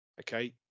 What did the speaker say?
Okay